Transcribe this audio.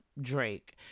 Drake